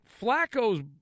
Flacco's